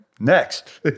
Next